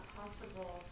possible